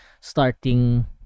starting